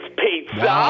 pizza